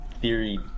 theory